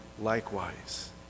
likewise